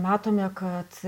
matome kad